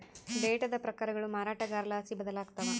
ಡೇಟಾದ ಪ್ರಕಾರಗಳು ಮಾರಾಟಗಾರರ್ಲಾಸಿ ಬದಲಾಗ್ತವ